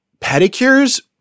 pedicures